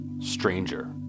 Stranger